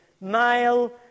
male